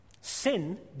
Sin